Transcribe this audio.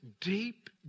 deep